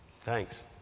Thanks